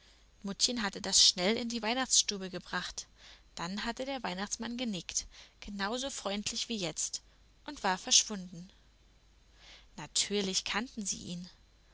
muttchen hatte das schnell in die weihnachtsstube gebracht dann hatte der weihnachtsmann genickt genau so freundlich wie jetzt und war verschwunden natürlich kannten sie ihn